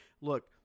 look